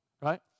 right